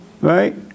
Right